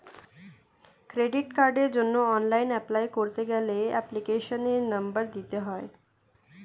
credit কার্ডের জন্য online apply করতে গেলে এপ্লিকেশনের নম্বর দিতে হয়